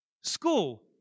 school